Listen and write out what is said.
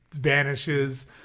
vanishes